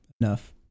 enough